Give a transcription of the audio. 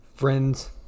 Friends